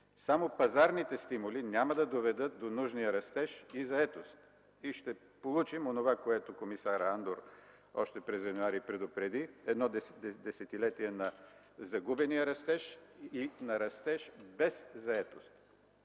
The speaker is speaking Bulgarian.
само пазарните стимули няма да доведат до нужния растеж и заетост и ще получим онова, което комисарят Андор още през м. януари предупреди – едно десетилетие на загубения растеж и на растеж без заетост.